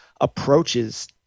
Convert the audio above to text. approaches